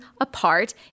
apart